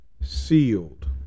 sealed